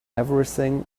everything